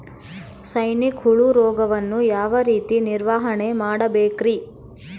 ಸೈನಿಕ ಹುಳು ರೋಗವನ್ನು ಯಾವ ರೇತಿ ನಿರ್ವಹಣೆ ಮಾಡಬೇಕ್ರಿ?